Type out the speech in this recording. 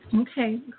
Okay